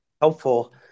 helpful